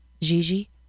Gigi